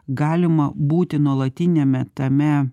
galima būti nuolatiniame tame